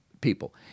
people